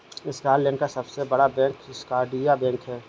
Scotland का सबसे बड़ा बैंक स्कॉटिया बैंक है